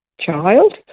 child